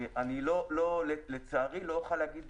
אני, לצערי, לא אוכל להגיד